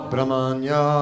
Brahmanya